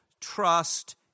trust